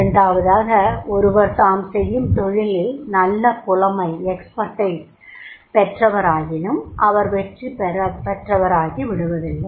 இரண்டாவதாக ஒருவர் தாம் செய்யும் தொழிலில் நல்ல புலமை பெற்றவராயினும் அவர் வெற்றி பெற்றவராகிவிடுவதில்லை